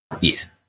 yes